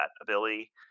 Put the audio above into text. ability